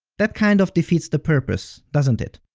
that kind of defeats the purpose, doesn't it?